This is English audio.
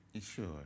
Sure